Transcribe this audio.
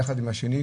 יחד עם השני,